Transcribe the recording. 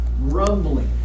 Rumbling